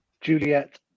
Juliet